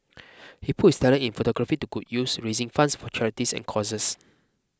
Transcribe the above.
he put his talent in photography to good use raising funds for charities and causes